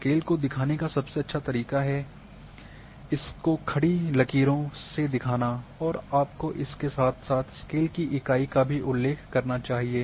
scale को दिखाने का सबसे अच्छा तरीक़ा है इसको खड़ी लकीरों से दिखाना और आपको इसके साथ साथ स्केल की इकाई का भी उल्लेख करना चाहिए